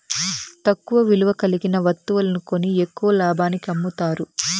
తక్కువ విలువ కలిగిన వత్తువులు కొని ఎక్కువ లాభానికి అమ్ముతారు